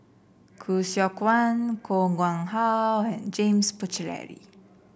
Khoo Seok Wan Koh Nguang How and James Puthucheary